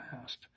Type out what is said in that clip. past